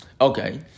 Okay